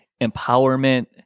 empowerment